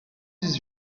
dix